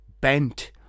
bent